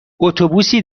اتوبوسی